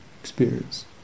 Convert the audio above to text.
experience